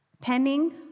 Pending